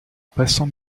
passant